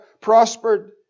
prospered